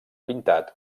pintat